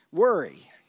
Worry